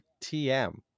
TM